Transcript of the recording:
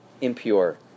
impure